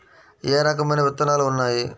ఏ రకమైన విత్తనాలు ఉన్నాయి?